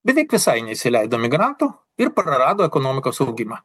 beveik visai neįsileido migrantų ir prarado ekonomikos augimą